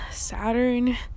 saturn